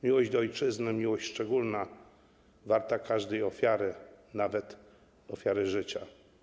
Miłość do ojczyzny, miłość szczególna, warta każdej ofiary, nawet ofiary życia.